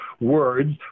words